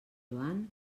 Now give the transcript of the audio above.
joan